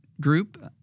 group